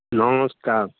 ନମସ୍କାର